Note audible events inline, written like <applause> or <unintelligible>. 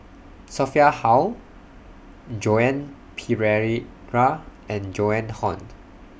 Sophia Hull Joan <unintelligible> and Joan Hon